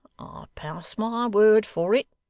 pass my word for it